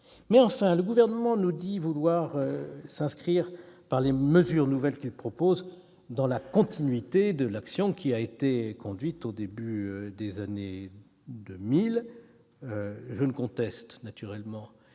intentions. Le Gouvernement nous dit vouloir s'inscrire, par les mesures nouvelles qu'il propose, dans la continuité de l'action qui a été conduite au début des années 2000. Je ne conteste naturellement